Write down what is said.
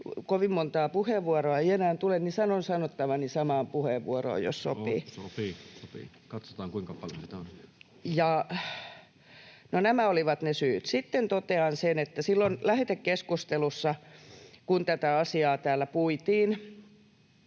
kovin montaa puheenvuoroa ei enää tule, niin sanon sanottavani samaan puheenvuoroon, jos sopii. No, nämä olivat ne syyt. Sitten totean sen, että silloin lähetekeskustelussa, kun tätä asiaa täällä puitiin,